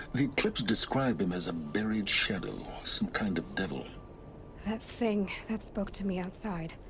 the eclipse describe him as a buried shadow. some kind of devil that thing, that spoke to me outside.